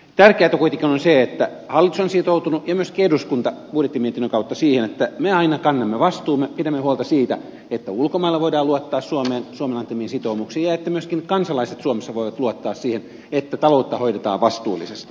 tärkeätä kuitenkin on se että hallitus on sitoutunut ja myöskin eduskunta budjettimietinnön kautta siihen että me aina kannamme vastuumme pidämme huolta siitä että ulkomailla voidaan luottaa suomeen suomen antamiin sitoumuksiin ja että myöskin kansalaiset suomessa voivat luottaa siihen että taloutta hoidetaan vastuullisesti